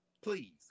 please